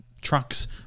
trucks